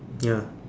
ya